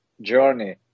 journey